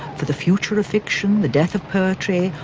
for the future of fiction, the death of poetry,